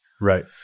right